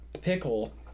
pickle